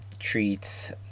Treats